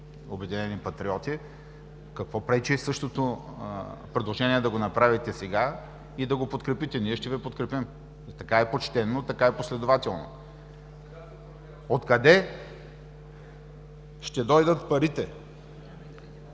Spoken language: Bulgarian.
„Обединени патриоти“. Какво пречи същото предложение да направите сега и да го подкрепите?! Ние ще Ви подкрепим! Така е почтено, така е последователно. Откъде ще дойдат парите?